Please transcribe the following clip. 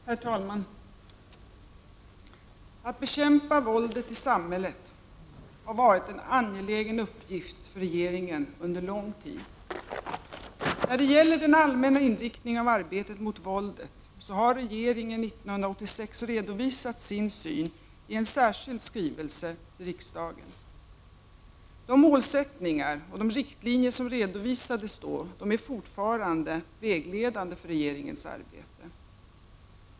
Herr talman! Att bekämpa våldet i samhället har varit en angelägen uppgift för regeringen under lång tid. När det gäller den allmänna inriktningen av arbetet mot våldet har regeringen 1986 redovisat sin syn i en särskild skrivelse till riksdagen. De målsättningar och riktlinjer som redovisades då är fortfarande vägledande för regeringens arbete.